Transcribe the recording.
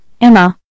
Emma